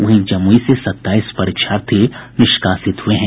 वहीं जमुई से सत्ताईस परीक्षार्थी निष्कासित हुये हैं